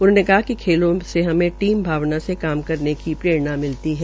उन्होंने कहा कि खेलों से हमें टीम भावना से काम करने की प्रेरणा मिलती है